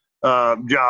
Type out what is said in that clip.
Job